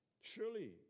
Surely